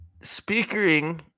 speaking